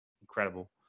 incredible